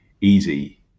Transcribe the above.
easy